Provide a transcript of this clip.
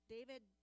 David